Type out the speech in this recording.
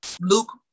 Luke